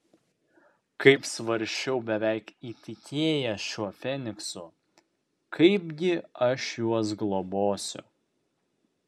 kaip svarsčiau beveik įtikėjęs šiuo feniksu kaipgi aš juos globosiu